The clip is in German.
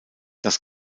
das